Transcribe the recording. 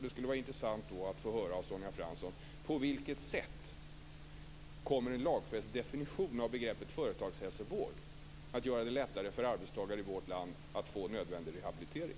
Det skulle vara intressant att få höra av Sonja Fransson på vilket sätt en lagfäst definition av begreppet företagshälsovård kommer att göra det lättare för arbetstagare i vårt land att få nödvändig rehabilitering.